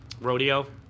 rodeo